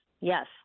yes